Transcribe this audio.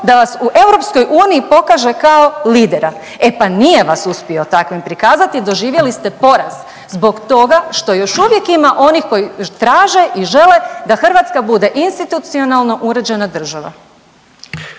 da vas u EU pokaže kao lidera, e pa nije vas uspio takvim prikazati i doživjeli ste poraz zbog toga što još uvijek ima onih koji traže i žele da Hrvatska bude institucionalno uređena država.